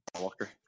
Walker